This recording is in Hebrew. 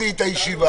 ומשפט.